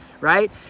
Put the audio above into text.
right